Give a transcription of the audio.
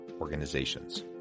Organizations